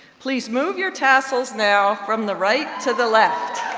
please move your tassels now from the right to the left.